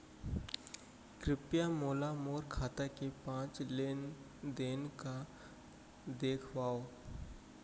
कृपया मोला मोर खाता के पाँच लेन देन ला देखवाव